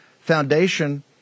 Foundation